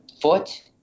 foot